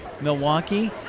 Milwaukee